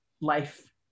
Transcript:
life